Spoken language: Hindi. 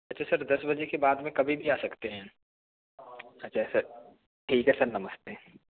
अच्छा सर दस बजे के बाद में कभी भी आ सकते हैं अच्छा सर ठीक है सर नमस्ते